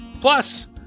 Plus